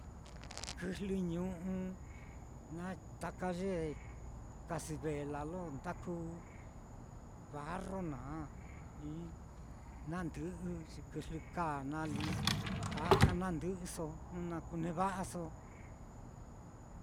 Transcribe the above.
kɨjlɨ ñu'u naá taka ye casbela lo ndakuu barro naá nandɨ'ɨ ye kɨjlɨ kaa naá li taka na ndɨ'ɨso jnu na kuneva'aso.